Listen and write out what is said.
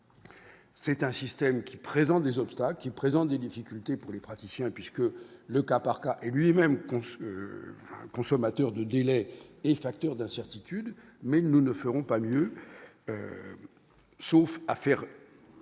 c'est un système qui présente des obstacles qui présentent des difficultés pour les praticiens, puisque le cas par cas et lui-même conçu consommateur de Guinée et facteur d'incertitude mais nous ne ferons pas mieux, sauf à faire